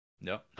No